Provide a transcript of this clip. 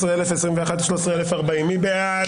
12,961 עד 12,980, מי בעד?